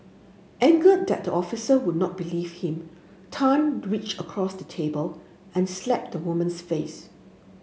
angered that the officer would not believe him Tan reached across the table and slapped the woman's face